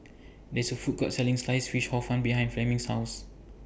There IS A Food Court Selling Sliced Fish Hor Fun behind Fleming's House